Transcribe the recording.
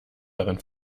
darin